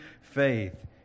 faith